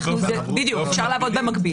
אפשר לעבוד במקביל.